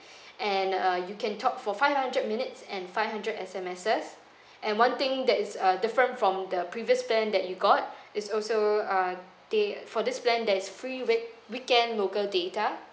and uh you can talk for five hundred minutes and five hundred S_M_Ses and one thing that is uh different from the previous plan that you got is also uh day for this plan there is free week weekend local data